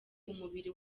umubiri